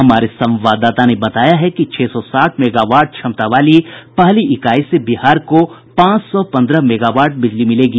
हमारे संवाददाता ने बताया कि छह सौ साठ मेगावाट क्षमता वाली पहली इकाई से बिहार को पांच सौ पन्द्रह मेगावाट बिजली मिलेगी